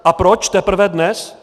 A proč teprve dnes?